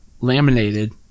laminated